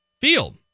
field